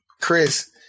Chris